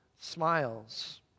smiles